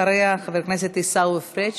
אחריה, חבר הכנסת עיסאווי פריג'.